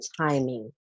timing